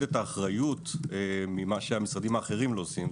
את האחריות ממה שהמשרדים האחרים לא עושים.